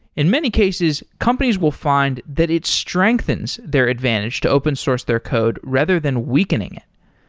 in many cases, companies will find that it strengthens their advantage to open source their code rather than weakening it.